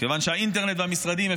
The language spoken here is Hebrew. כיוון שהאינטרנט והמשרדים,